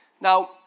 Now